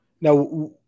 Now